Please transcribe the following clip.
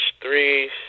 three